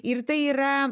ir tai yra